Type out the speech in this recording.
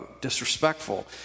disrespectful